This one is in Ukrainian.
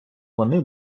вони